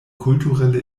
kulturelle